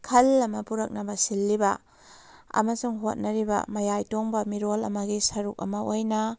ꯐꯜ ꯑꯃ ꯄꯨꯔꯛꯅꯕ ꯁꯤꯜꯂꯤꯕ ꯑꯃꯁꯨꯡ ꯍꯣꯠꯅꯔꯤꯕ ꯃꯌꯥꯏ ꯇꯣꯡꯕ ꯃꯤꯔꯣꯜ ꯑꯃꯒꯤ ꯁꯔꯨꯛ ꯑꯃꯒꯤ ꯑꯣꯏꯅ